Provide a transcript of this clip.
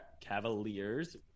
cavaliers